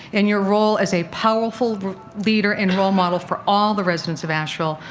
and your role as a powerful leader and role model for all the residents of asheville,